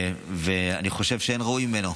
אני חושב שאין ראוי ממנו.